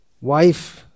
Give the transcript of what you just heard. wife